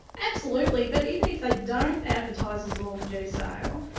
absolutely. but even if they don't advertise as a mortgagee sale,